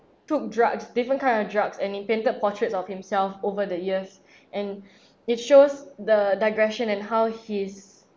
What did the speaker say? took drugs different kind of drugs and he painted portraits of himself over the years and it shows the digression and how his